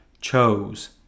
chose